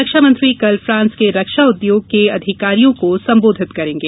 रक्षा मंत्री कल फ्रांस के रक्षा उद्योग के अधिकारियों को संबोधित करेंगे